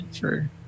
for-